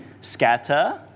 scatter